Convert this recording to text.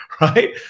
right